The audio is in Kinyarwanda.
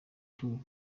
tours